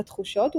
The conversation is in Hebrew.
לתחושות,